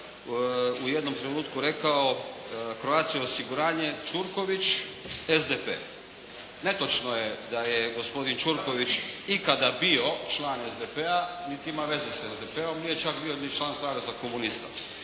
u jednom trenutku rekao: "Croatia osiguranje Čurković SDP". Netočno je da je gospodin Čurković ikada bio član SDP-a niti ima veze sa SDP-om, nije čak bio ni član Saveza komunista.